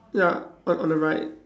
ya on on the right